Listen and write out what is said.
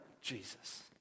Jesus